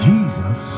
Jesus